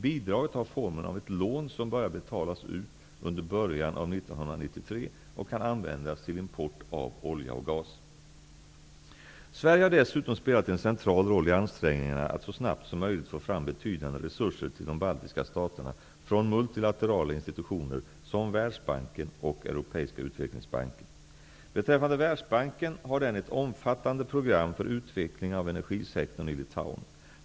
Bidraget har formen av ett lån som börjar betalas ut under början av 1993 och kan användas till import av olja och gas. Sverige har dessutom spelat en central roll i ansträngningarna att så snabbt som möjligt få fram betydande resurser till de baltiska staterna från multilaterala institutioner som Världsbanken och Beträffande Världsbanken har den ett omfattande program för utveckling av energisektorn i Litauen.